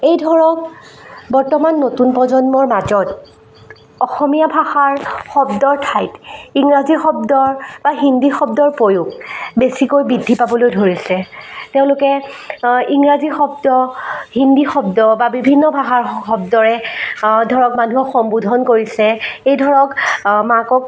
এই ধৰক বৰ্তমান নতুন প্ৰজন্মৰ মাজত অসমীয়া ভাষাৰ শব্দৰ ঠাইত ইংৰাজী শব্দৰ বা হিন্দী শব্দৰ প্ৰয়োগ বেছিকৈ বৃদ্ধি পাবলৈ ধৰিছে তেওঁলোকে ইংৰাজী শব্দ হিন্দী শব্দ বা বিভিন্ন ভাষাৰ শব্দৰে ধৰক মানুহক সম্বোধন কৰিছে এই ধৰক মাকক